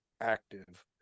active